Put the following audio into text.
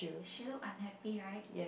she look unhappy right